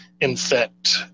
infect